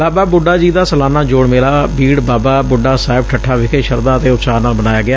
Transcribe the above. ਬਾਬਾ ਬੂੱਢਾ ਜੀ ਦਾ ਸਲਾਨਾ ਜੋਤ ਮੇਲਾ ਬੀੜ ਬਾਬਾ ਬੂੱਢਾ ਸਾਹਿਬ ਠੱਠਾ ਵਿਖੇ ਸ਼ਰਧਾ ਅਤੇ ਉਤਸ਼ਾਹ ਨਾਲ ਮਨਾਇਆ ਗਿਆ